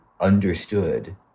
understood